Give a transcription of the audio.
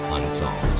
unsolved.